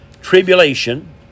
tribulation